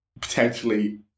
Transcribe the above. potentially